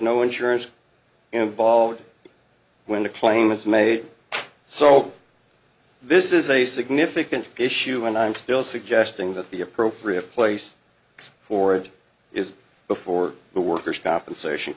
no insurance involved when a claim is made so this is a significant issue and i'm still suggesting that the appropriate place for it is before the workers compensation